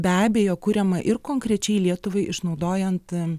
be abejo kuriama ir konkrečiai lietuvai išnaudojant